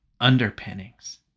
Underpinnings